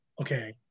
okay